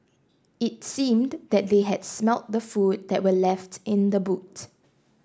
it seemed that they had smelt the food that were left in the boot